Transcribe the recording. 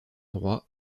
droit